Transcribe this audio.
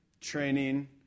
training